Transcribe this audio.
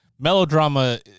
melodrama